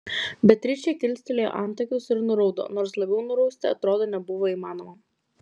beatričė kilstelėjo antakius ir nuraudo nors labiau nurausti atrodo nebuvo įmanoma